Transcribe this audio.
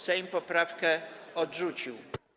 Sejm poprawkę odrzucił.